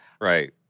right